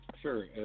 sure